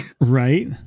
Right